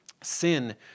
Sin